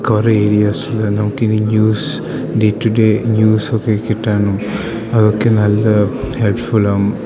കുറേ ഏരിയാസിൽ നമുക്ക് ഇനി ന്യൂസ് ഡേ ടു ഡേ ന്യൂസൊക്കെ കിട്ടാൻ അതൊക്കെ നല്ല ഹെൽപ്ഫുുൾ ആണ്